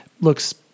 looks